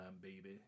baby